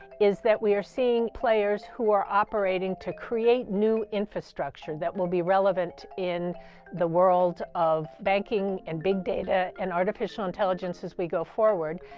is that we are seeing players who are operating to create new infrastructure that will be relevant in the world of banking and big data and artificial intelligence as we go forward.